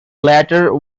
latter